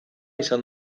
izan